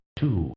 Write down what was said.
two